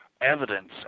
evidence